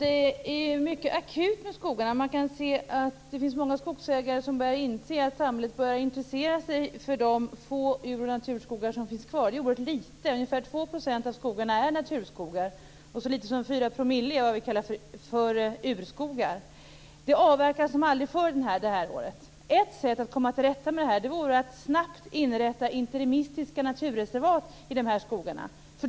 Fru talman! Det här med skogarna är mycket akut. Många skogsägare börjar inse att samhället intresserar sig för de få ur och naturskogar som finns kvar. Det är oerhört litet; ungefär 2 % av skogarna är naturskogar. Så litet som 4 % är vad vi kallar urskogar. Det avverkas som aldrig förr det här året. Ett sätt att komma till rätta med detta vore att snabbt inrätta interimistiska naturreservat i de här skogarna.